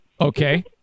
Okay